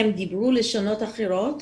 הם דיברו לשונות אחרות,